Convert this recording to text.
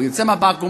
או יוצא מהבקו"ם,